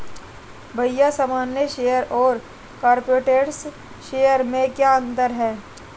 भैया सामान्य शेयर और कॉरपोरेट्स शेयर में क्या अंतर है?